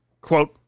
Quote